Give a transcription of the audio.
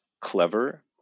clever